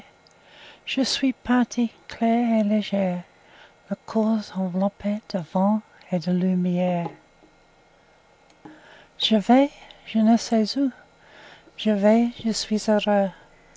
je suis parti clair et léger le corps enveloppé de vent et de lumière je vais je ne sais où je vais je suis heureux